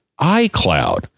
iCloud